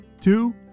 two